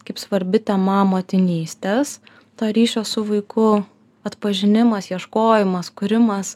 kaip svarbi tema motinystes tą ryšio su vaiku atpažinimas ieškojimas kūrimas